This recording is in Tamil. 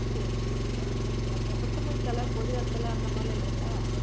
சரிங்க சரிங்க கொத்தமல்லி தழை புதினா தழை அந்த மாதிரிலாம் இல்லைங்களா